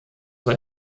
war